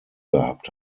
gehabt